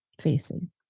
facing